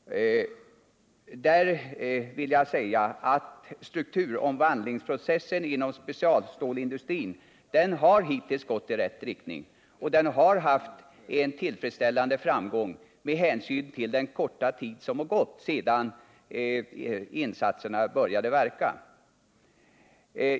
Strukturomvandlingsprocessen inom specialstålindustrin har hittills gått i rätt riktning. Med hänsyn till den korta tid som har gått sedan insatserna började verka har den också varit tillfredsställande framgångsrik.